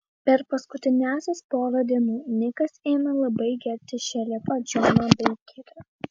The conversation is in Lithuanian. per paskutiniąsias porą dienų nikas ėmė labai gerbti šerifą džoną beikerį